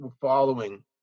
following